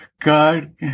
God